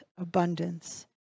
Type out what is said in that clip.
abundance